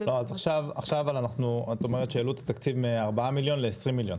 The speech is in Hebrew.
--- את אומרת שהעלו את התקציב מ-4 מיליון ל-20 מיליון.